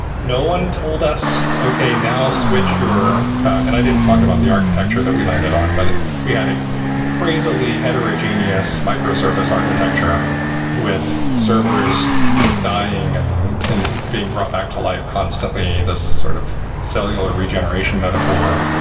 no one told us, okay. now switch your and i didn't talk about the architecture that we landed on, but we had a crazily heterogeneous micro service architecture with servers dying and and being brought back to life constantly. this sort of cellular regeneration metaphor,